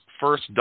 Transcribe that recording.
first